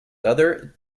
other